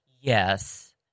Yes